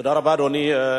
תודה רבה, אדוני.